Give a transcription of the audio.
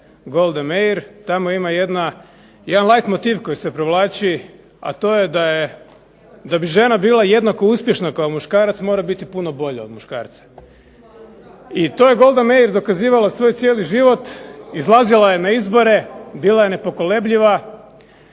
Goldae Meir, tamo ima jedna, jedan light motiv koji se provlači, a to je da je, da bi žena bila jednako uspješna kao muškarac mora biti puno bolja od muškarca. I to je Golda Meir dokazivala svoj cijeli život, izlazila je na izbore, bila je nepokolebljiva,